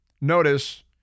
notice